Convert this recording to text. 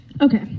Okay